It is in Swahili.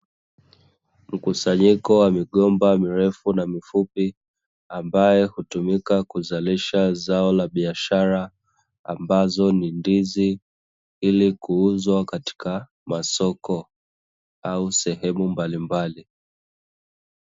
Mkusanyiko wa migomba mirefu na mifupi ambayo hutumika kuzalisha zao la biashara, ambazo ni ndizi; ili kuuzwa katika masoko au sehemu mbalimbali.